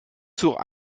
zur